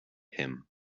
him